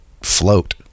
float